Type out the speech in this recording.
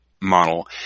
model